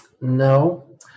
No